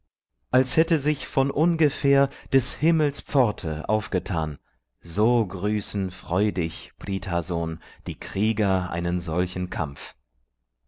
als hätte sich von ungefähr des himmels pforte aufgetan so grüßen freudig prith sohn die krieger einen solchen kampf